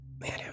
man